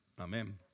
amen